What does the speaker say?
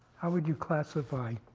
how would you classify